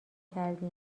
کردی